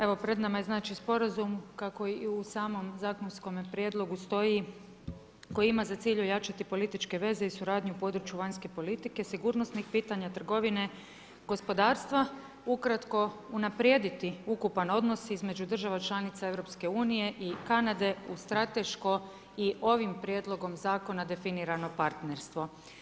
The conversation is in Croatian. Evo pred nama je sporazum kako i u samom zakonskome prijedlogu stoji koji ima za cilj ojačati političke veze i suradnju u području vanjske politike, sigurnosnih pitanja, trgovine, gospodarstva, ukratko unaprijediti ukupan odnos između država članica EU i Kanade u strateško i ovim prijedlogom zakona definirano partnerstvo.